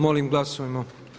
Molim glasujmo.